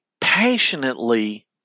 passionately